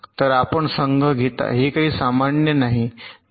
तर आपण संघ घेता हे काही सामान्य नाही